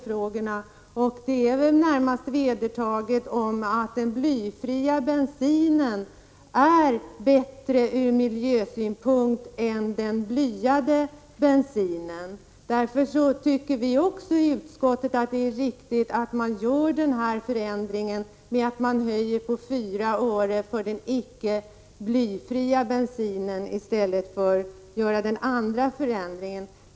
Det är väl i det närmaste vedertaget att den blyfria bensinen är bättre ur miljösynpunkt än den blyade. Därför tycker också vi i utskottet att det är riktigt att man höjer den icke blyfria bensinen med 4 öre i stället för att göra den i propositionen föreslagna förändringen.